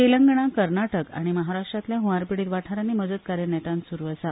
तेलंगणा कर्नाटक आनी महाराष्ट्रांतल्या हवार पिडीत वाठारांनी मजत कार्य नेटान सुरू आसा